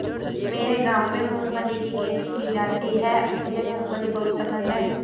मेरे गांव में मूंगफली की खेती की जाती है मुझे मूंगफली बहुत पसंद है